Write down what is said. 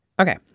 Okay